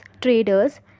traders